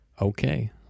okay